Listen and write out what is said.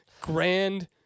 grand